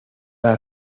las